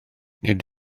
nid